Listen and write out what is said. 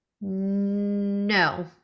No